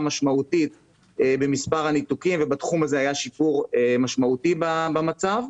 משמעותית במספר הניתוקים ובתחום הזה היה שיפור משמעותי במצב.